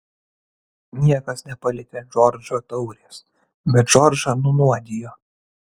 niekas nepalietė džordžo taurės bet džordžą nunuodijo